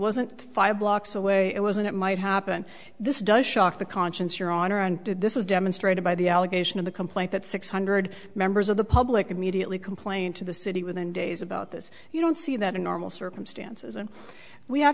wasn't five blocks away it wasn't it might happen this does shock the conscience your honor and did this is demonstrated by the allegation in the complaint that six hundred members of the public immediately complained to the city within days about this you don't see that in normal circumstances and we have